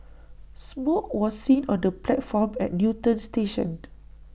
smoke was seen on the platform at Newton station